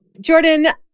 Jordan